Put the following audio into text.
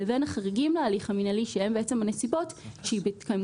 לבין החריגים להליך המינהלי הם בעצם הנסיבות שבהתקיימותם